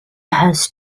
has